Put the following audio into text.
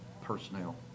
personnel